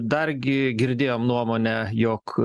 dargi girdėjom nuomonę jog